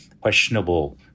questionable